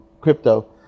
crypto